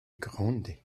grondé